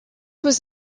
was